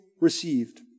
received